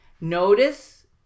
notice